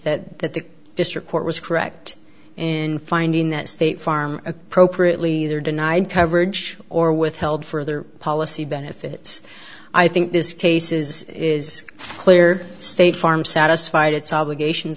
that that the district court was correct in finding that state farm appropriately their denied coverage or withheld further policy benefits i think this case is is clear state farm satisfied its obligations